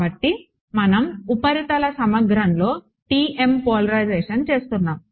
కాబట్టి మనం ఉపరితల సమగ్రంలో TM పోలరైజేషన్ చేస్తున్నాము